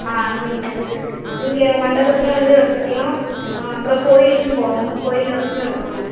ஆ ஹிந்து நீங்கள் மண்டபத்தில் வந்தும் எடுத்துக்கலாம் அப்புறம் கோவிலுக்கும் போகணும் கோவில்ல வெச்சும் எடுக்கணும்